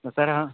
तो सर हाँ